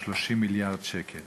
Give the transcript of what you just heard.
30 מיליארד השקלים